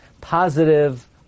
positive